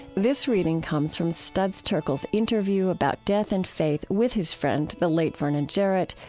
this reading comes from studs terkel's interview about death and faith with his friend, the late vernon jarrett,